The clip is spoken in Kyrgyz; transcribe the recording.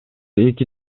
эки